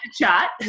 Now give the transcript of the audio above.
chat